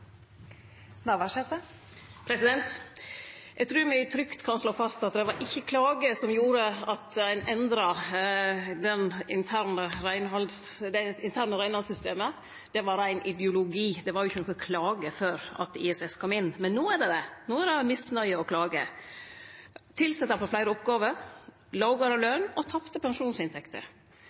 trygt kan slå fast at det var ikkje klage som gjorde at ein endra dei interne reinhaldssystema, det var rein ideologi. Det var ikkje nokon klage før ISS kom inn. Men no er det det, no er det misnøye og klage. Tilsette har fått fleire oppgåver, lågare løn og tapte pensjonsinntekter.